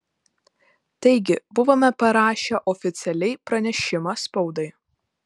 taigi buvome parašę oficialiai pranešimą spaudai